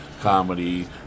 Comedy